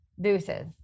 deuces